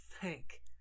thank